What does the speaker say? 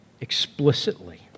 explicitly